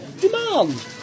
demand